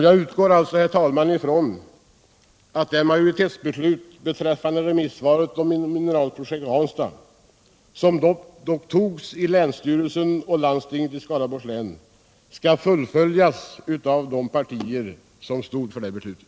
Jag utgår ifrån att det majoritetsbeslut beträffande remisssvaret om Mineralprojekt Ranstad som dock togs i länsstyrelsen och landstinget i Skaraborgs län skall fullföljas av de partier som stod för det beslutet.